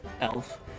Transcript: elf